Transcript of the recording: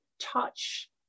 touch